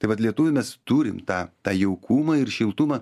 tai vat lietuviai mes turim tą tą jaukumą ir šiltumą